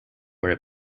where